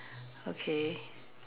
okay